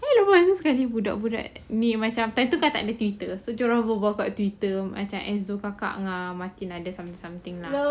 eh lepas tu sekali budak-budak ini macam time tu kan dah ada twitter so dia orang berbual dekat twitter macam some~ something lah